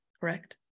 correct